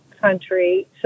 country